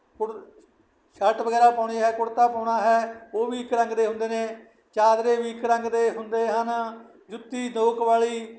ਕੁੜ shirt ਵਗੈਰਾ ਪਾਉਣੀ ਹੈ ਕੁੜਤਾ ਪਾਉਣਾ ਹੈ ਉਹ ਵੀ ਇੱਕ ਰੰਗ ਦੇ ਹੁੰਦੇ ਨੇ ਚਾਦਰੇ ਵੀ ਇੱਕ ਰੰਗ ਦੇ ਹੁੰਦੇ ਹਨ ਜੁੱਤੀ ਦੋਕ ਵਾਲੀ